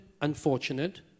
unfortunate